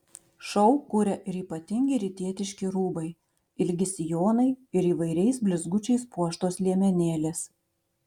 šou kuria ir ypatingi rytietiški rūbai ilgi sijonai ir įvairiais blizgučiais puoštos liemenėlės